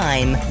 Time